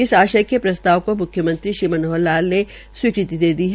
इस आशय के एक प्रस्ताव को म्ख्यमंत्री श्री मनोहर लाल ने स्वीकृति प्रदान कर दी है